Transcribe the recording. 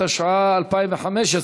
התשע"ה 2015,